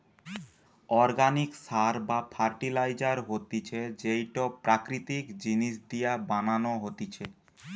organic সার বা fertiliser হতিছে যেইটো প্রাকৃতিক জিনিস দিয়া বানানো হতিছে